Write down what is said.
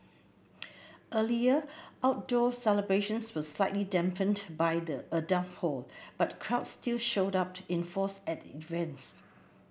earlier outdoor celebrations were slightly dampened by the a downpour but crowds still showed up in force at events